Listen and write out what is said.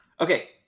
Okay